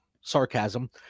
sarcasm